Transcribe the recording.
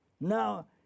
Now